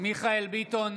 מרדכי ביטון,